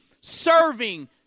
serving